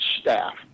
staff